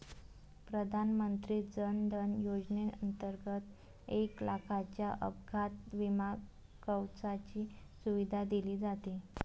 प्रधानमंत्री जन धन योजनेंतर्गत एक लाखाच्या अपघात विमा कवचाची सुविधा दिली जाते